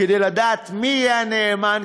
כדי לדעת מי יהיה הנאמן,